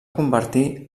convertir